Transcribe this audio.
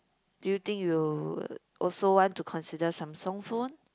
do you think you would also want to consider Samsung phone